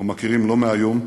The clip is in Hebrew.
אנחנו מכירים לא מהיום.